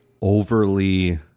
overly